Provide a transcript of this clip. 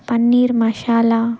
పన్నీర్ మాసాల